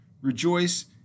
rejoice